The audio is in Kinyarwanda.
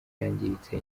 yangiritse